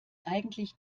eigentlich